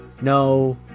No